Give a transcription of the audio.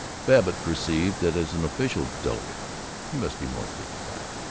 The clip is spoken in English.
babbitt perceived that as an official delegate he must be more dignified.